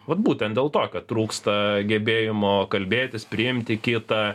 vat būtent dėl to kad trūksta gebėjimo kalbėtis priimti kitą